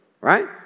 right